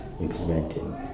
implementing